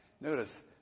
notice